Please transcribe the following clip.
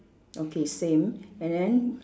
okay same and then